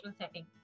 setting